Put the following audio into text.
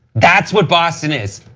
that's what boston is.